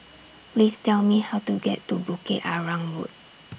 Please Tell Me How to get to Bukit Arang Road